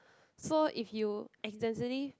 so if you accidentally